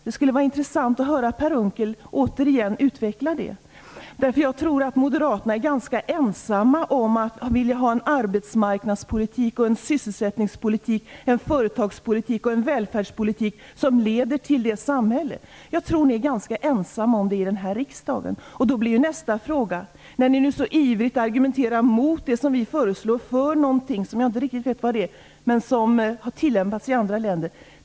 Det skulle vara intressant att återigen höra Per Unckel utveckla sina tankar om det samhället. Jag tror nämligen att Moderaterna är ganska ensamma om att vilja ha en arbetsmarknads-, en sysselsättnings-, en företags och en välfärdspolitik som leder till det samhället. Jag tror att ni är ganska ensamma om det i denna riksdag. Jag måste ställa ytterligare en fråga. Ni argumenterar så ivrigt mot det som vi föreslår, och för någonting som jag inte riktigt vet vad det är, men som har tillämpats i andra länder.